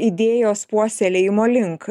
idėjos puoselėjimo link